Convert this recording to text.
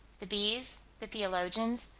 the bees, the theologians,